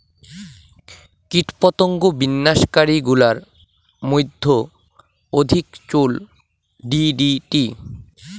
কীটপতঙ্গ বিনাশ কারী গুলার মইধ্যে অধিক চৈল ডি.ডি.টি